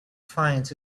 finds